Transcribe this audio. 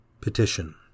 Petition